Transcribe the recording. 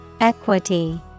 Equity